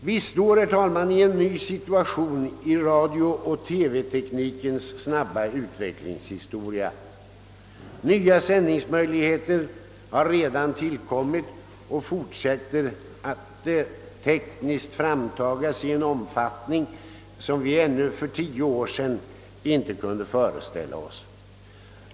Vi står, herr talman, i en ny situation i radiooch TV-teknikens snabba utvecklingshistoria. Nya sändningsmöjligheter har redan tillkommit och fortsätter att på teknisk väg framtagas i en omfattning, som vi ännu för tio år sedan inte kunde föreställa oss.